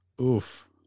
oof